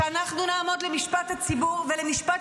כשאנחנו נעמוד למשפט הציבור ולמשפט